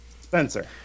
Spencer